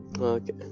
okay